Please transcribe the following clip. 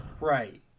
right